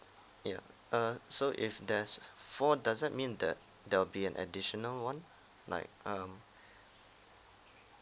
yeah uh so if there's four doesn't mean that there will be an additional [one] like um